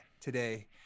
today